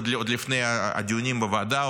עוד לפני הדיונים בוועדה,